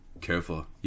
Careful